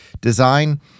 design